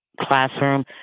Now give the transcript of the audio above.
classroom